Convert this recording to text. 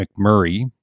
McMurray